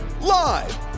Live